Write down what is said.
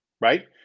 right